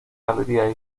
galerías